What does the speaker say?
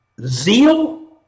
zeal